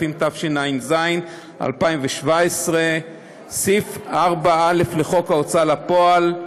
התשע"ז 2017. סעיף 4א לחוק ההוצאה לפועל,